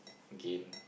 gain